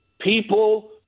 people –